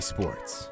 Sports